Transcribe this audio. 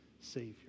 Savior